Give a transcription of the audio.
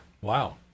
Wow